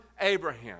Abraham